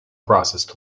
processed